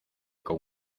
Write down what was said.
con